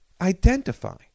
identify